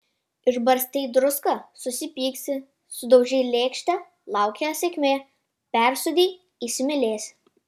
išbarstei druską susipyksi sudaužei lėkštę laukia sėkmė persūdei įsimylėsi